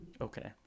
Okay